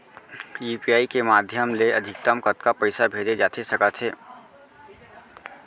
UPI के माधयम ले अधिकतम कतका पइसा भेजे जाथे सकत हे?